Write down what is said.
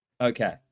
Okay